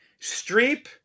Streep